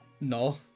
No